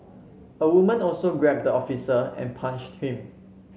a woman also grabbed the officer and punched him